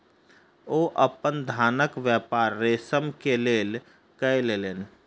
ओ अपन धानक व्यापार रेशम के लेल कय लेलैन